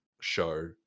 show